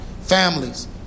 families